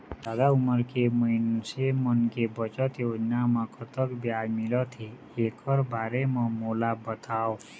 जादा उमर के मइनसे मन के बचत योजना म कतक ब्याज मिलथे एकर बारे म मोला बताव?